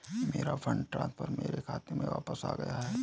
मेरा fund transfer मेरे खाते में वापस आ गया है